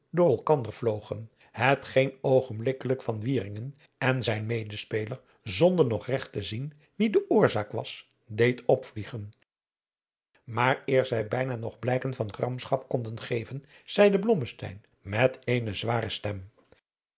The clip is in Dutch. door elkander vlogen hetgeen oogenblikkelijk van wieringen en zijn medespeler zonder nog regt te zien wie de oorzaak was deed opvliegen maar eer zij bijna nog blijken van gramschap konden geven zeide blommesteyn met eene zware stem